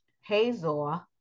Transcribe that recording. Hazor